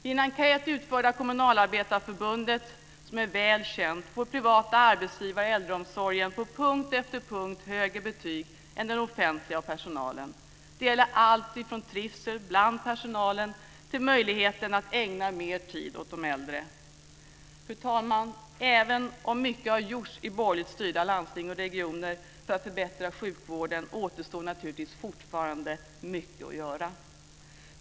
I en välkänd enkät utförd av Kommunalarbetareförbundet får privata arbetsgivare i äldreomsorgen på punkt efter punkt högre betyg än de offentliga arbetsgivarna av personalen. Det gäller allt från trivsel bland personalen till möjligheten att ägna mer tid åt de äldre. Fru talman! Även om mycket har gjorts i borgerligt styrda landsting och regioner för att förbättra sjukvården återstår naturligtvis fortfarande mycket att göra.